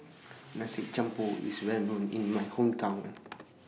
Nasi Campur IS Well known in My Hometown